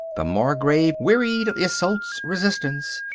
the margrave, wearied of isolde's resistance,